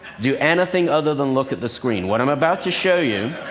do anything other than look at the screen. what i'm about to show you